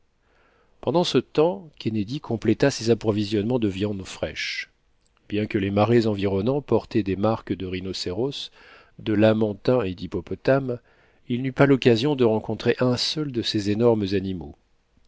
pendant ce temps kennedy compléta ses approvisionnements de viande fraîche bien que les marais environnants portaient des marques de rhinocéros de lamentins et d'hippopotames il n'eut pas l'occasion de rencontrer un seul de ces énormes animaux